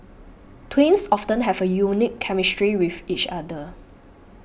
twins often have a unique chemistry with each other